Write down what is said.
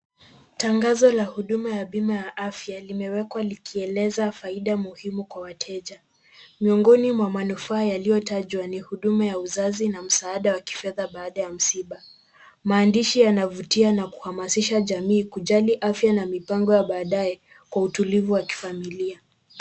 Tangazo la huduma ya bima ya afya limewekwa likieleza faida muhimu kwa wateja. Miongoni mwa manufaa yaliyotajwa ni huduma ya uzazi na msaada wa kifedha baada ya msiba. Maandishi yanavutia na kuhamasisha jamii kujali afya na mipango ya baadaye kwa utulivu wa kifamilia.